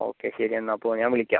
okay ശരി എന്നാൽ അപ്പോൾ ഞാൻ വിളിക്കാം